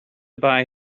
buy